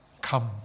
come